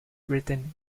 written